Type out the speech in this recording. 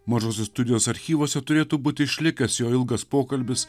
mažosios studijos archyvuose turėtų būti išlikęs jo ilgas pokalbis